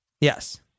Yes